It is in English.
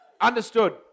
Understood